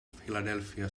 philadelphia